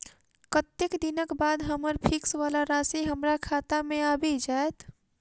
कत्तेक दिनक बाद हम्मर फिक्स वला राशि हमरा खाता मे आबि जैत?